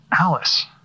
Alice